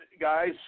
guys